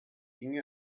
inge